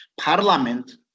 parliament